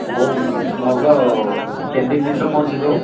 ହଉ ମଗାଅ କେତେଦିନ ଭିତରେ ପହଞ୍ଚାଇ ଦେବ